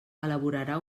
elaborarà